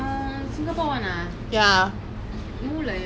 ya I mean like the sand all just stick on you like err